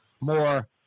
more